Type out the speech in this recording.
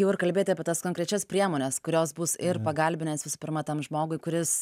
jau ir kalbėti apie tas konkrečias priemones kurios bus ir pagalbinės visų pirma tam žmogui kuris